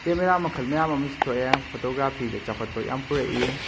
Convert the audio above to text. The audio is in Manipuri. ꯀꯦꯃꯦꯔꯥ ꯃꯈꯜ ꯃꯌꯥꯝ ꯑꯃꯁꯨ ꯊꯣꯛꯑꯦ ꯐꯣꯇꯣꯒ꯭ꯔꯥꯐꯤꯗ ꯆꯥꯎꯈꯠꯄ ꯌꯥꯝꯅ ꯄꯨꯔꯛꯏ